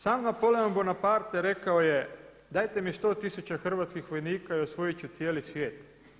Sam Napoleon Bonaparte rekao je dajte mi 100 tisuća hrvatskih vojnika i osvojit ću cijeli svijet.